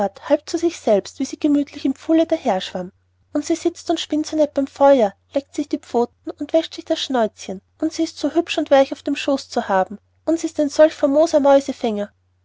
halb zu sich selbst wie sie gemüthlich im pfuhle daherschwamm sie sitzt und spinnt so nett beim feuer leckt sich die pfoten und wäscht sich das schnäuzchen und sie ist so hübsch weich auf dem schoß zu haben und sie ist solch famoser mäusefänger